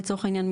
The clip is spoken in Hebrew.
לצורך העניין,